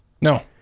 no